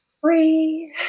breathe